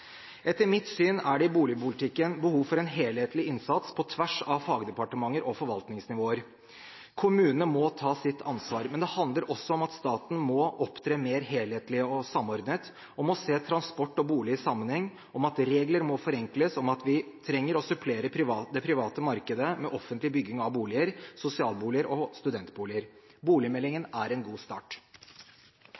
Etter mitt syn er det i boligpolitikken behov for en helhetlig innsats på tvers av fagdepartementer og forvaltningsnivåer. Kommunene må ta sitt ansvar, men det handler også om at staten må opptre mer helhetlig og samordnet, om å se transport og bolig i sammenheng, om at regler må forenkles, og om at vi trenger å supplere det private markedet med offentlig bygging av boliger, sosialboliger og studentboliger. Boligmeldingen